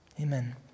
Amen